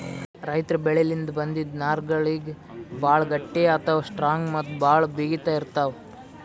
ರೈತರ್ ಬೆಳಿಲಿನ್ದ್ ಬಂದಿಂದ್ ನಾರ್ಗಳಿಗ್ ಭಾಳ್ ಗಟ್ಟಿ ಅಥವಾ ಸ್ಟ್ರಾಂಗ್ ಮತ್ತ್ ಭಾಳ್ ಬಿಗಿತ್ ಇರ್ತವ್